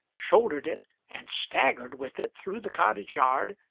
shouldered it, and staggered with it through the cottage yard,